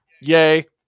Yay